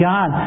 God